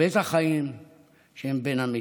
בית החיים שהם בין המתים".